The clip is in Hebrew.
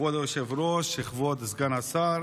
כבוד היושב-ראש, כבוד סגן השר,